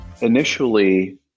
initially